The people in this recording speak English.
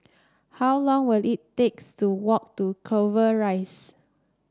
how long will it takes to walk to Clover Rise